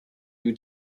due